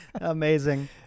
Amazing